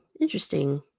interesting